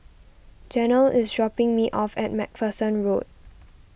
Janel is dropping me off at MacPherson Road